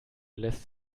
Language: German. lässt